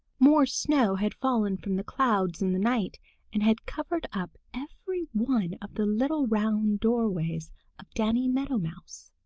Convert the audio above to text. more snow had fallen from the clouds in the night and had covered up every one of the little round doorways of danny meadow mouse.